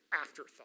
afterthought